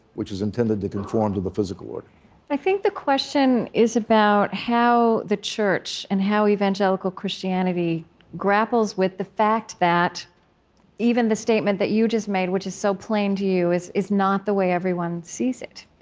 which is intended to conform to the physical order i think the question is about how the church and how evangelical christianity grapples with the fact that even the statement that you just made, which is so plain to you, is is not the way everyone sees it.